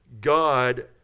God